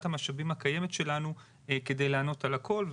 המשאבים הקיימת שלנו כדי לענות על הכול,